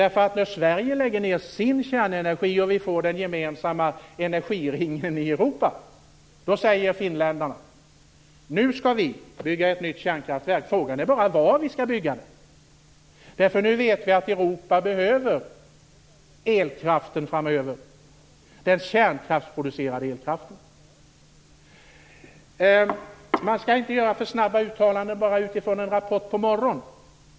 När Sverige lägger ned sin kärnenergi och vi får en gemensam energiring i Europa säger finländarna att de skall bygga ett nytt kärnkraftverk. Frågan är bara var de skall bygga det. Nu vet de att Europa behöver kärnkraftsproducerad elkraft framöver. Man skall inte göra för snabba uttalanden utifrån en rapport som kommit på morgonen.